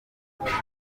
gusara